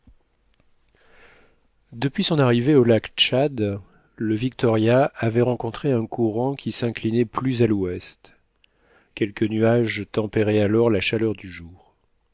depuis son arrivée au lac tchad le victoria avait rencontré un courant qui s'inclinait plus à l'ouest quelques nuages tempéraient alors la chaleur du jour